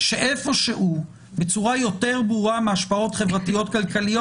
שאיפשהו בצורה ברורה יותר מהשפעות חברתיות כלכליות